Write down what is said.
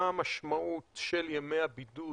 מה המשמעות של ימי הבידוד